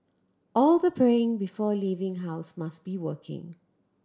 all the praying before leaving house must be working